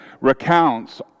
recounts